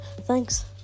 Thanks